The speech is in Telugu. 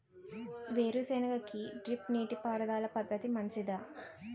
వేరుసెనగ కి డ్రిప్ నీటిపారుదల పద్ధతి మంచిదా?